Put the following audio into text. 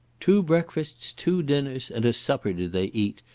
two breakfasts, two dinners, and a supper did they eat,